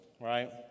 right